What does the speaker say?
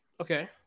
Okay